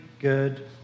Good